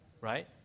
right